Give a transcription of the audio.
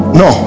no